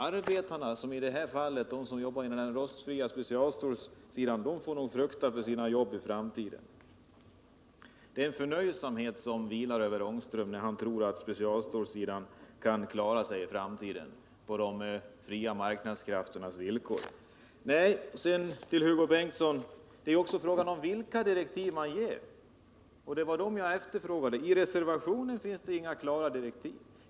Arbetarna inom specialstålsindustrin har nog anledning att frukta för sina jobb i framtiden. Det vilar en förnöjsamhet över herr Ångström när han säger att han tror att specialstålsindustrin kan klara sig i framtiden på de fria marknadskrafternas villkor. Till Hugo Bengtsson vill jag säga att det också är fråga om vilka direktiv som ges, och det var sådana jag efterfrågade. I reservationen ges inga klara direktiv.